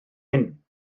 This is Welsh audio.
hyn